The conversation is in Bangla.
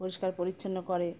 পরিষ্কার পরিচ্ছন্ন করে